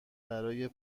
برا